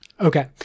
Okay